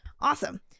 Awesome